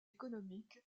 économique